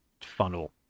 funnel